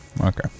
Okay